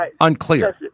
unclear